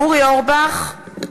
(קוראת בשמות חברי הכנסת) אורי אורבך,